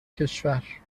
کشور